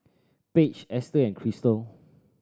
Paige Esther and Cristal